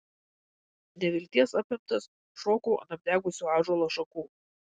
nevilties apimtas šokau ant apdegusių ąžuolo šakų